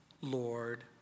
Lord